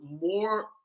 more